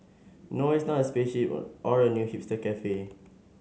no it's not a spaceship or a new hipster cafe